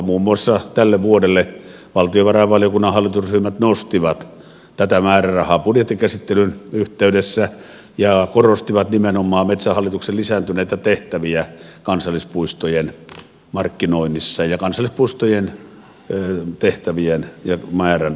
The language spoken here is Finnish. muun muassa tälle vuodelle valtiovarainvaliokunnan hallitusryhmät nostivat tätä määrärahaa budjettikäsittelyn yhteydessä ja korostivat nimenomaan metsähallituksen lisääntyneitä tehtäviä kansallispuistojen markkinoinnissa ja kansallispuistojen tehtävien ja määrän kasvussa